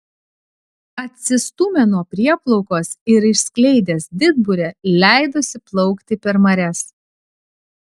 atsistūmė nuo prieplaukos ir išskleidęs didburę leidosi plaukti per marias